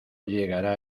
llegará